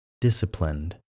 disciplined